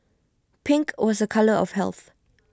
pink was A colour of health